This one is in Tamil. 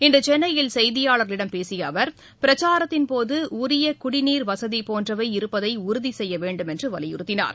இன்று சென்னையில் செய்தியாளர்களிடம் பேசிய அவர் பிரச்சாரத்தின் போது உரிய குடிநீர் வசதி போன்றவை இருப்பதை உறுதி செய்ய வேண்டும் என்று வலியுறுத்தினார்